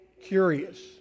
curious